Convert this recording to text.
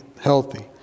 healthy